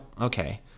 okay